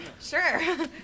Sure